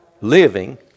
living